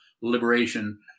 liberation